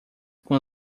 com